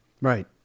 Right